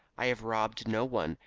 i have robbed no one,